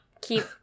keep